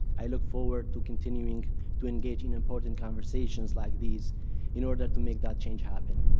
i look forward to continuing to engage in important conversations like these in order to make that change happen.